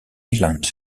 island